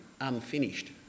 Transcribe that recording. unfinished